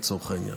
לצורך העניין.